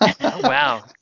wow